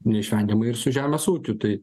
neišvengiamai ir su žemės ūkiu tai